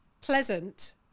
pleasant